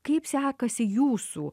kaip sekasi jūsų